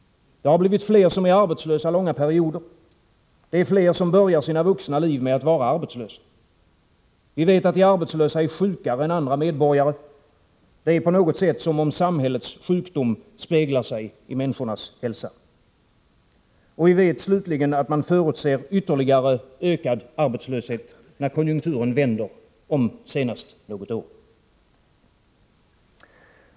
Det har blivit fler som är arbetslösa långa perioder. Det är fler som börjar sina vuxna liv med att vara arbetslösa. Vi vet att de arbetslösa är sjukare än andra medborgare. Det är som om samhällets sjukdom speglar sig i människornas hälsa. Vi vet slutligen att man förutser ytterligare ökad arbetslöshet, när konjunkturen vänder senast om något år.